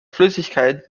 flüssigkeit